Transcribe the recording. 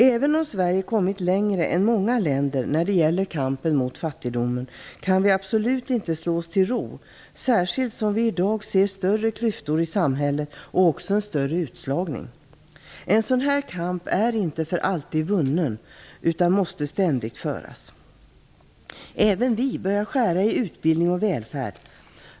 Även om Sverige kommit längre än många länder när det gäller kampen mot fattigdomen kan vi absolut inte slå oss till ro, särskilt som vi i dag ser större klyftor i samhället och också en större utslagning. En sådan här kamp är inte för alltid vunnen, utan måste ständigt föras. Även vi börjar skära i utbildning och välfärd.